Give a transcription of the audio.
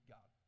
God